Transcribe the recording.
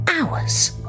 hours